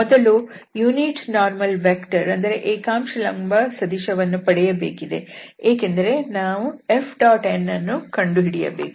ಮೊದಲು ಏಕಾಂಶ ಲಂಬ ಸದಿಶ ವನ್ನು ಪಡೆಯಬೇಕಿದೆ ಏಕೆಂದರೆ ನಾವು Fn ಅನ್ನು ಕಂಡುಹಿಡಿಯಬೇಕು